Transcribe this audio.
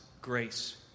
grace